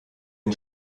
den